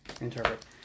Interpret